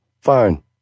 Fine